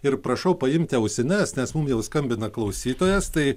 ir prašau paimti ausines nes mum jau skambina klausytojas tai